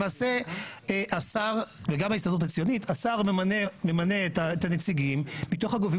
למעשה השר ממנה את הנציגים מתוך הגופים